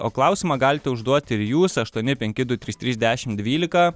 o klausimą galite užduoti ir jūs aštuoni penki du trys trys dešim dvylika